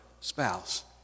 spouse